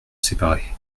séparer